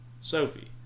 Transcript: Sophie